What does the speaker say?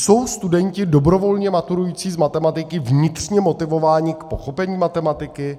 Jsou studenti dobrovolně maturující z matematiky vnitřně motivováni k pochopení matematiky?